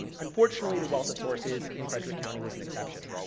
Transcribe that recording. and unfortunately the wealth of sources in frederick county was an exception.